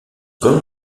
comme